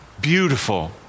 beautiful